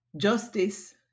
justice